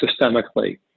systemically